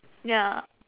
ya